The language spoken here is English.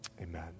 Amen